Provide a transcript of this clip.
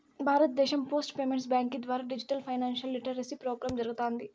భారతదేశం post payments బ్యాంకీ ద్వారా డిజిటల్ ఫైనాన్షియల్ లిటరసీ ప్రోగ్రామ్ జరగతాంది